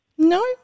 No